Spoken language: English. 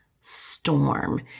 storm